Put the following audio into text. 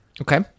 Okay